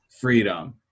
freedom